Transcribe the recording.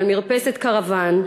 על מרפסת קרוון,